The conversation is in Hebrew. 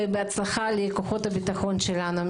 ובהצלחה לכוחות הביטחון שלנו.